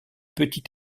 petit